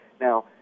Now